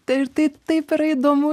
ir tai taip yra įdomu